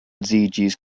edziĝis